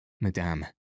Madame